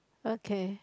okay